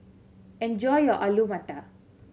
enjoy your Alu Matar